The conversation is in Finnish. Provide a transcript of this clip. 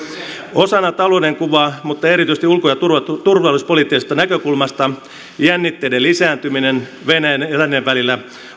osana talouden kuvaa mutta erityisesti ulko ja turvallisuuspoliittisesta näkökulmasta jännitteiden lisääntyminen venäjän ja lännen välillä